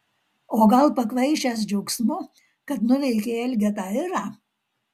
o gal pakvaišęs džiaugsmu kad nuveikei elgetą irą